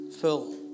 Phil